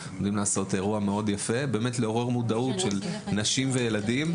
ולעורר מודעות של נשים ושל ילדים,